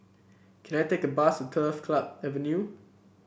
can I take a bus Turf Club Avenue